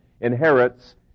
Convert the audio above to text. inherits